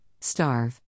starve